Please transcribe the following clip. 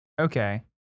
okay